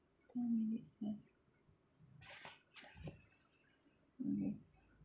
what make me fear okay